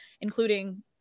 including